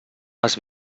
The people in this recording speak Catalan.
has